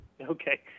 Okay